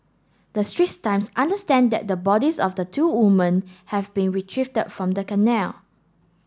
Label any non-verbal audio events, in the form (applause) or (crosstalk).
the Straits Times understand that the bodies of the two women have been retrieve (unintelligible) from the canal